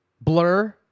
Blur